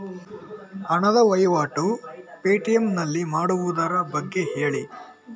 ಹಣದ ವಹಿವಾಟು ಪೇ.ಟಿ.ಎಂ ನಲ್ಲಿ ಮಾಡುವುದರ ಬಗ್ಗೆ ಹೇಳಿ